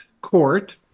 court